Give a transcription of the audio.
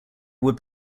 would